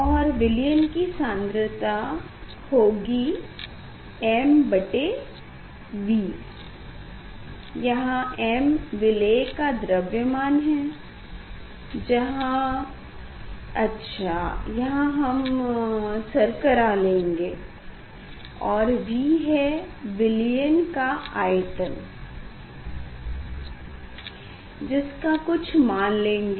और विलयन की सान्द्रता होगी m बटे V जहाँ m विलेय का द्रव्यमान है अच्छा यहाँ हम शर्करा लेंगे और V है विलयन का आयतन जिसका कुछ मान लेंगे